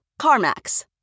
CarMax